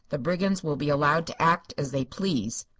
the brigands will be allowed to act as they please.